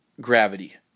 gravity